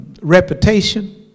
reputation